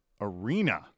arena